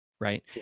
Right